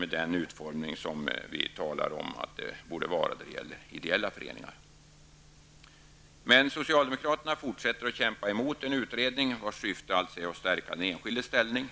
regler är utformade ungefär på det sätt som vi menar borde bli aktuellt i fråga om ideella föreningar. Socialdemokraterna fortsätter att kämpa emot en utredning, vars syfte är att stärka den enskildes ställning.